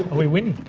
and we winning?